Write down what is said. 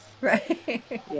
Right